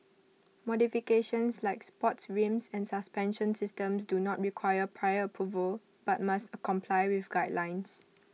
modifications like sports rims and suspension systems do not require prior approval but must comply with guidelines